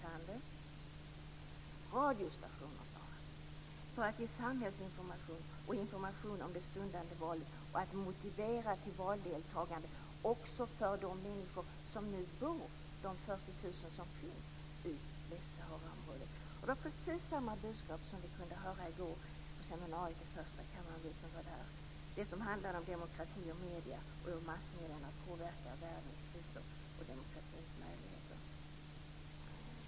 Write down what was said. Det behövs också radiostationer, sade han, för att ge samhällsinformation, information om det stundande valet och motivera till valdeltagande också för de 40 000 människor som nu finns i Västsaharaområdet. Det var precis samma budskap som vi som var där kunde höra i går på seminariet i förstakammarsalen. Seminariet handlade om demokrati och medierna och hur massmedierna påverkar världens kriser och demokratins möjligheter.